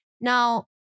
Now